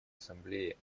ассамблее